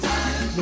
Time